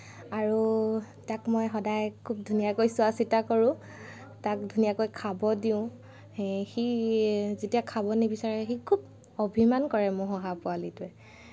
আৰু তাক মই সদায় খুব ধুনীয়াকৈ চোৱা চিতা কৰোঁ তাক ধুনীয়াকৈ খাব দিওঁ সেই সি যেতিয়া খাব নিবিচাৰে সি খুব অভিমান কৰে মোৰ শহা পোৱালিটোৱে